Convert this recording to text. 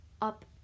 up